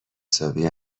حسابی